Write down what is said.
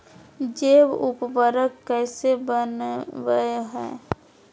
जैव उर्वरक कैसे वनवय हैय?